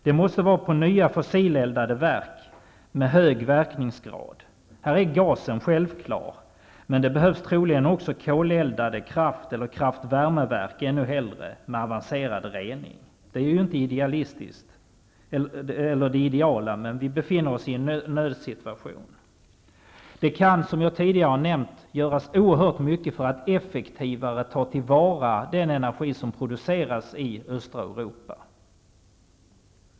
Det måste vara nya fossileldade verk med hög verkningsgrad. Här är gasen självklar. Men det behövs troligen också koleldade kraftverk eller ännu hellre kraftvärmeverk med avancerad rening. Det är inte det ideala. Men vi befinner oss i en nödsituation. Det kan, som jag tidigare sade, göras oerhört mycket för att effektivare ta till vara den energi som produceras i östra Europa.